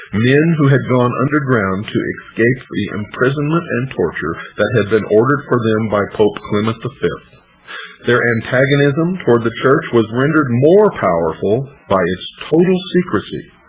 men who had gone underground to escape the imprisonment and torture that had been ordered for them by pope clement v. their antagonism toward the church was rendered more powerful by its total secrecy.